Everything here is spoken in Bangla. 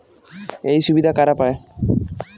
এই সুবিধা কারা পায়?